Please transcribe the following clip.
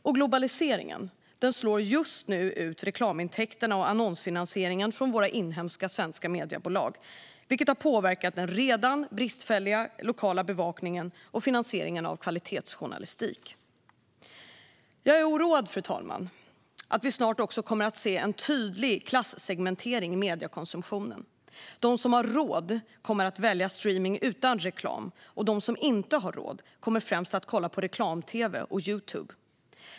Och globaliseringen slår just nu ut reklamintäkterna och annonsfinansieringen från våra inhemska svenska mediebolag, vilket har påverkat den redan bristfälliga lokala bevakningen och finansieringen av kvalitetsjournalistik. Jag är oroad, fru talman, för att vi snart också kommer att se en tydlig klassegmentering i mediekonsumtionen. De som har råd kommer att välja streamning utan reklam, och de som inte har råd kommer främst att kolla på reklam-tv och Youtube.